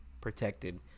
protected